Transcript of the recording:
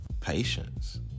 Patience